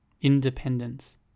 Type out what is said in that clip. Independence